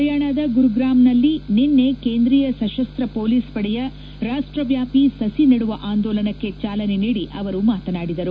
ಪರ್ಯಾಣದ ಗುರು ಗ್ರಾಮದಲ್ಲಿ ನಿನ್ನೆ ಕೇಂದ್ರೀಯ ಸಶಸ್ತ ಹೊಲೀಸ್ ಪಡೆಯ ರಾಷ್ಷವ್ಯಾಪಿ ಸುಿ ನೆಡುವ ಆಂದೋಲನಕ್ಕೆ ಚಾಲನೆ ನೀಡಿ ಅವರು ಮಾತನಾಡಿದರು